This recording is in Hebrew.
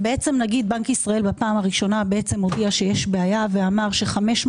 בעצם נגיד בנק ישראל בפעם הראשונה הודיע שיש בעיה ואמר ש-500